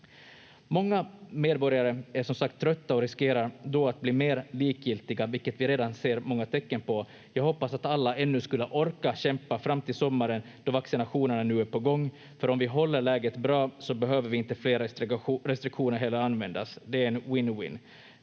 Många medborgare är som sagt trötta och riskerar då att bli mer likgiltiga, vilket vi redan ser många tecken på. Jag hoppas att alla ännu skulle orka kämpa fram till sommaren då vaccinationerna nu är på gång, för om vi håller läget bra så behöver inte fler restriktioner heller användas. Det är en win-win.